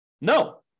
No